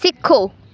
ਸਿੱਖੋ